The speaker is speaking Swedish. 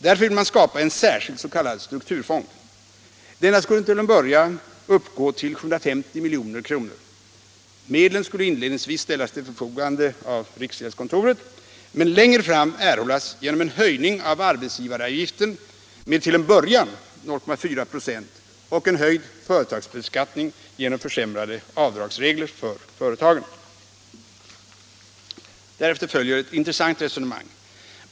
Därför vill man skapa en särskild s.k. strukturfond. Denna skulle till en början uppgå till 750 milj.kr. Medlen skulle inledningsvis ställas till förfogande av riksgäldskontoret men längre fram erhållas genom en höjning av arbetsgivaravgiften med till en början av 0,4 926 och en höjd företagsbeskattning genom försämrade avdragsregler för företagen. Härefter följer ett intressant resonemang.